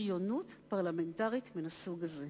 בריונות פרלמנטרית מן הסוג הזה.